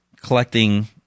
collecting